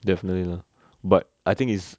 definitely lah but I think it's